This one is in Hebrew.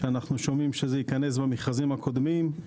שאנחנו שומעים שזה ייכנס במכרזים הקרובים.